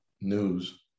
news